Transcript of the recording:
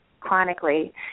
chronically